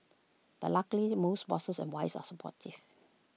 but luckily most bosses and wives are supportive